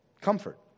Comfort